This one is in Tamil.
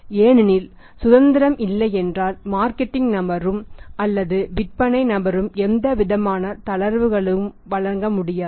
ஏனெனில் சுதந்திரம் இல்லையென்றால் மார்க்கெட்டிங் நபரும் அல்லது விற்பனை நபரும் எந்தவிதமான தளர்வுகளும் வழங்கமுடியாது